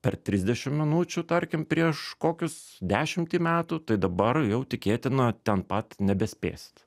per trisdešim minučių tarkim prieš kokius dešimtį metų tai dabar jau tikėtina ten pat nebespėsit